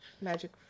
Magic